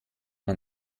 man